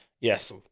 Yes